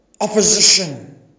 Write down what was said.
opposition